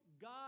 God